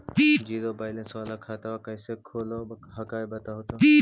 Zero balance वाला खतवा कैसे खुलो हकाई बताहो तो?